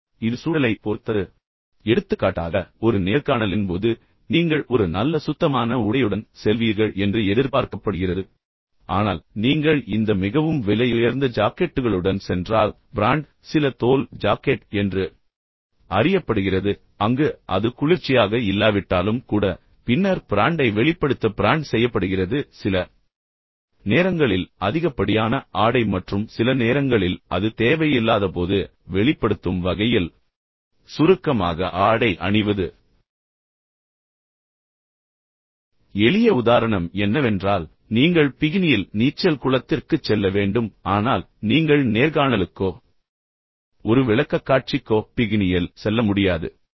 எனவே இது சூழலைப் பொறுத்தது எடுத்துக்காட்டாக ஒரு நேர்காணலின் போது எனவே நீங்கள் ஒரு நல்ல சுத்தமான உடையுடன் செல்வீர்கள் என்று எதிர்பார்க்கப்படுகிறது ஆனால் நீங்கள் இந்த மிகவும் விலையுயர்ந்த ஜாக்கெட்டுகளுடன் சென்றால் பிராண்ட் சில தோல் ஜாக்கெட் என்று அறியப்படுகிறது அங்கு அது குளிர்ச்சியாக இல்லாவிட்டாலும் கூட பின்னர் பிராண்டை வெளிப்படுத்த பிராண்ட் செய்யப்படுகிறது சில நேரங்களில் அதிகப்படியான ஆடை மற்றும் சில நேரங்களில் அது தேவையில்லாத போது வெளிப்படுத்தும் வகையில் சுருக்கமாக ஆடை அணிவது எனவே எளிய உதாரணம் என்னவென்றால் நீங்கள் பிகினியில் நீச்சல் குளத்திற்குச் செல்ல வேண்டும் ஆனால் நீங்கள் நேர்காணலுக்கோ ஒரு விளக்கக்காட்சிக்கோ பிகினியில் செல்ல முடியாது